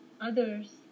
others